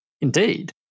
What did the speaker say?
Indeed